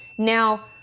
now,